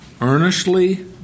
earnestly